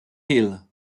hill